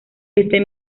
este